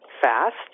fast